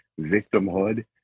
victimhood